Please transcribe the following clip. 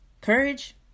Courage